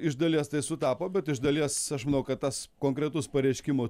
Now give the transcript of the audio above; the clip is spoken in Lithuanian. iš dalies tai sutapo bet iš dalies aš manau kad tas konkretus pareiškimų